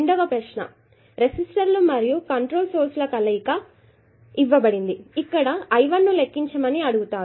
రెండవ ప్రశ్న రెసిస్టర్ లు మరియు కంట్రోల్ సోర్స్ ల కలయిక ఇవ్వబడినదిఇక్కడ I1 ను లెక్కించమని అడిగారు